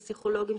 פסיכולוגיים,